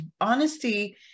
honesty